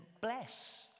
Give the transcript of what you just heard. bless